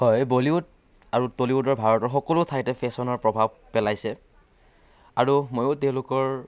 হয় বলীউড আৰু টলীউডে ভাৰতৰ সকলো ঠাইতে ফেশ্বনৰ প্ৰভাৱ পেলাইছে আৰু ময়ো তেওঁলোকৰ